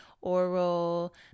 oral